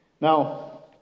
Now